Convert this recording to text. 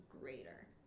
greater